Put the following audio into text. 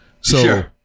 Sure